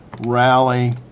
rally